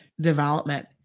development